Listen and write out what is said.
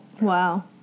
Wow